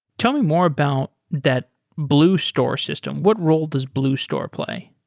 tell me more about that blue store system. what role does blue store play?